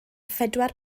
phedwar